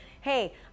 Hey